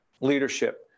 leadership